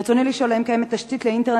ברצוני לשאול: האם קיימת תשתית לאינטרנט